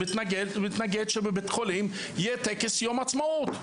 מתנגד שבבית חולים יהיה טקס יום העצמאות,